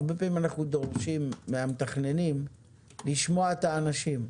הרבה פעמים אנחנו דורשים מן המתכננים לשמוע את האנשים.